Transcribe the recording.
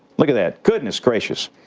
look at that goodness gracious.